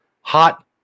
Hot